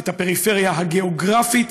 את הפריפריה הגיאוגרפית,